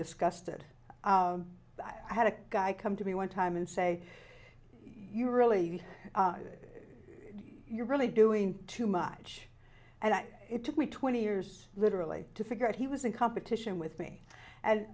disgusted i had a guy come to me one time and say you really are you're really doing too much and it took me twenty years literally to figure out he was in competition with me and